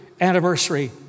anniversary